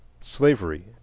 slavery